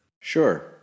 Sure